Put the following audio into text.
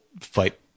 fight